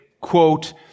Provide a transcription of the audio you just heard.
quote